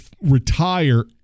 retire